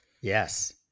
Yes